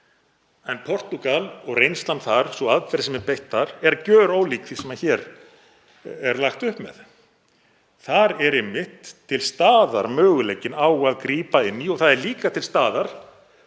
frá Portúgal, sú aðferð sem er beitt þar er gjörólík því sem hér er lagt upp með. Þar er einmitt til staðar möguleikinn á að grípa inn í og þar er líka til staðar